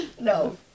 No